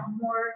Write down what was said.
more